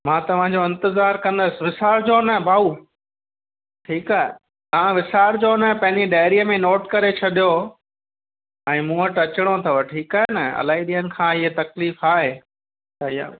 मां तव्हां जो इंतज़ारु कंदुसि विसारिजो न भाऊ ठीकु आहे तव्हां विसारिजो न पंहिंजी डायरीअ में नोट करे छॾियो ऐं मूं वटि अचिणो अथव ठीकु आहे न अलाई ॾींहंनि खां ईअ तक़लीफ़ आहे त इहा